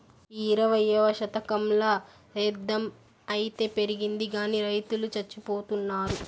ఈ ఇరవైవ శతకంల సేద్ధం అయితే పెరిగింది గానీ రైతులు చచ్చిపోతున్నారు